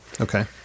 Okay